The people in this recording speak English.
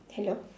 hello